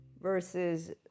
versus